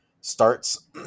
starts